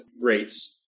rates